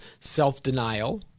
Self-denial